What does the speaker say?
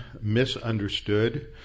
misunderstood